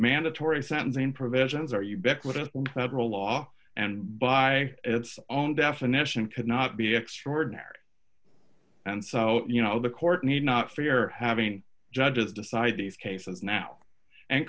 mandatory sentencing provisions are ubiquitous federal law and by its own definition could not be extraordinary and so you know the court need not fear having judges decide these cases now and